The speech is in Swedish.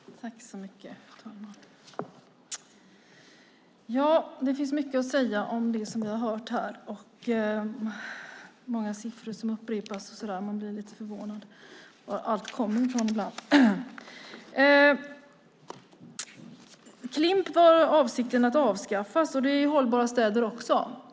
Fru ålderspresident! Det finns mycket att säga om det som vi har hört här. Det är många siffror som upprepas. Man blir lite förvånad. Var kommer allt ifrån? Avsikten var att avskaffa Klimp. Det gäller Hållbara städer också.